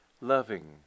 loving